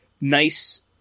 nice